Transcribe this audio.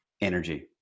energy